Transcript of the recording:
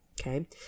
okay